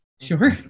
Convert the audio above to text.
Sure